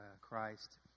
Christ